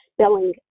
spelling